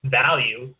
value